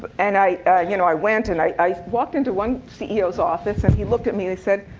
but and i you know i went. and i walked into one ceo's office. and he looked at me, and he said,